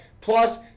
Plus